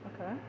Okay